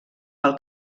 pel